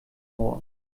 rohr